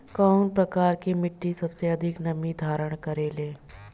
कउन प्रकार के मिट्टी सबसे अधिक नमी धारण करे ले?